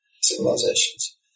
Civilizations